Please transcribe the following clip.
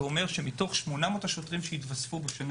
זה אומר שמתוך ה-800 השוטרים שהתווספו בשנה